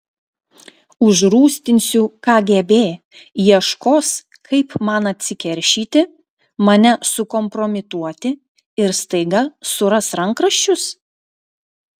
užrūstinsiu kgb ieškos kaip man atsikeršyti mane sukompromituoti ir staiga suras rankraščius